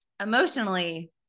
emotionally